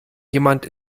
jemand